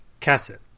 Cassette